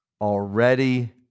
already